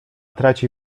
traci